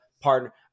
partner